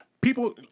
people